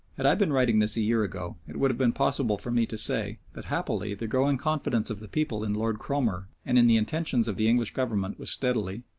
had i been writing this a year ago it would have been possible for me to say that happily the growing confidence of the people in lord cromer and in the intentions of the english government was steadily,